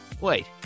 Wait